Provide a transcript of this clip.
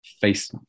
face